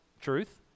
truth